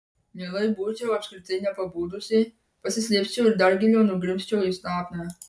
mielai būčiau apskritai nepabudusi pasislėpčiau ir dar giliau nugrimzčiau į sapną